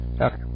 Okay